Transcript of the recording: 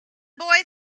boy